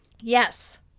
Yes